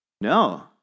No